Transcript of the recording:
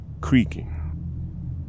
creaking